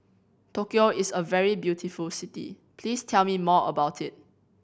Tokyo is a very beautiful city please tell me more about it